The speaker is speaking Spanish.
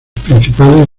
principales